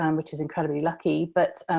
um which is incredibly lucky, but